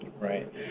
Right